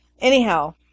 Anyhow